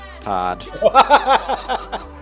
pod